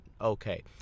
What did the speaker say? okay